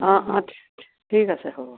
অঁ অঁ ঠিক আছে হ'ব